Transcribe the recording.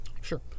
Sure